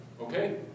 okay